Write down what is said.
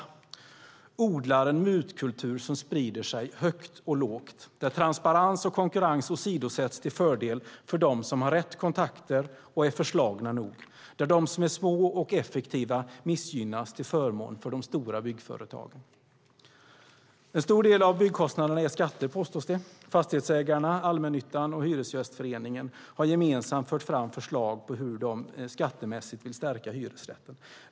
De odlar en mutkultur som sprider sig högt och lågt, där transparens och konkurrens åsidosätts till fördel för dem som har rätt kontakter och är förslagna nog, där de som är små och effektiva missgynnas till förmån för de stora byggföretagen. En stor del av byggkostnaderna är skatter, påstås det. Fastighetsägarna, allmännyttan och hyresgästföreningen har gemensamt fört fram förslag på hur de skattemässigt vill stärka hyresrätten.